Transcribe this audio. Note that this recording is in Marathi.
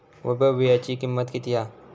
वैभव वीळ्याची किंमत किती हा?